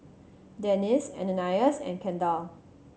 Dennis Ananias and Kendall